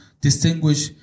distinguish